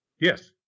Yes